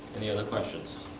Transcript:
any other questions?